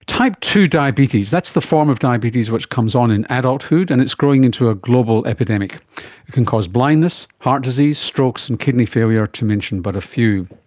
type two diabetes, that's the form of diabetes which comes on in adulthood and it's growing into a global epidemic. it can cause blindness, heart disease, strokes and kidney failure, to mention but a few.